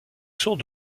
sont